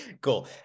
cool